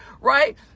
Right